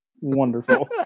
Wonderful